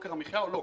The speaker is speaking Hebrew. ליוקר המחיה או לא?